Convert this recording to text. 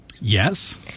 Yes